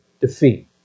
defeat